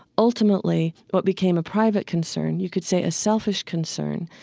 ultimately, what became a private concern, you could say a selfish concern,